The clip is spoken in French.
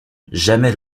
jamais